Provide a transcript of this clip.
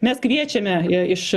mes kviečiame e iš